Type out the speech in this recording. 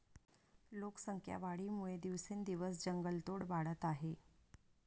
लोकसंख्या वाढीमुळे दिवसेंदिवस जंगलतोड वाढत आहे